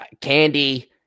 candy